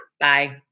Bye